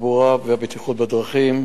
התחבורה והבטיחות בדרכים